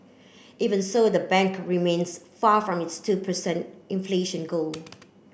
even so the bank remains far from its two per cent inflation goal